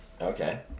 Okay